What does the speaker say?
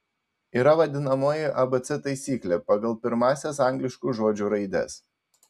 yra vadinamoji abc taisyklė pagal pirmąsias angliškų žodžių raides